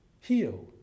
heal